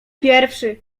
pierwszy